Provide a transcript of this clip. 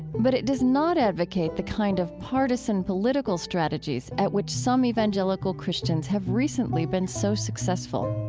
but it does not advocate the kind of partisan political strategies at which some evangelical christians have recently been so successful